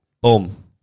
Boom